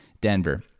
Denver